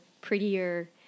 prettier